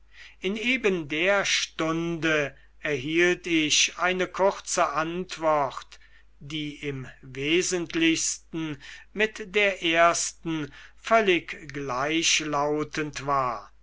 in eben der stunde erhielt ich eine kurze antwort die im wesentlichen mit der ersten völlig gleichlautend war